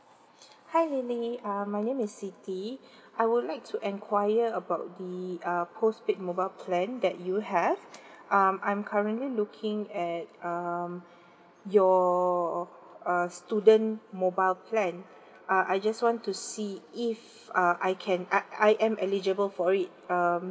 hi lily uh my name is siti I would like to enquire about the uh postpaid mobile plan that you have um I'm currently looking at um your err student mobile plan uh I just want to see if uh I can I I am eligible for it um